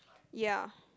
ya